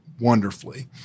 wonderfully